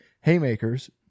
haymakers